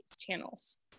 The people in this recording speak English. channels